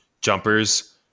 jumpers